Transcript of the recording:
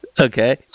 Okay